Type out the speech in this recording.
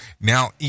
Now